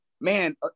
man